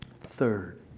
Third